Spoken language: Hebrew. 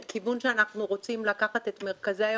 כיוון שאנחנו רוצים לקחת את מרכזי היום.